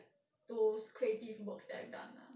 those creative works that I've done lah